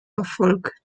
erfolg